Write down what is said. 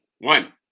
One